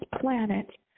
planet